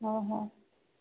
ହଁ ହଁ